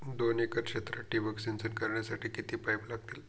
दोन एकर क्षेत्रात ठिबक सिंचन करण्यासाठी किती पाईप लागतील?